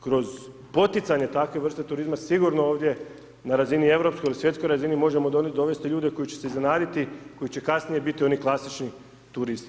Kroz poticanje takve vrste turizma, sigurno ovdje na razini europskoj ili svjetskoj razini možemo dovesti ljude koji će se iznenaditi koji će kasnije biti oni klasični turisti.